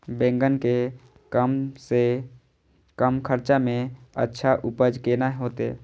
बेंगन के कम से कम खर्चा में अच्छा उपज केना होते?